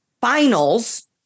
finals